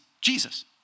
Jesus